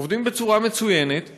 עובדים בצורה מצוינת,